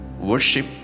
worship